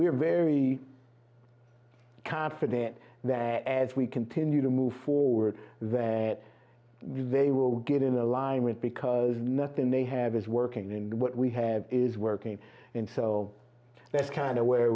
we're very confident that as we continue to move forward that they will get in alignment because nothing they have is working and what we have is working and so that's kind of where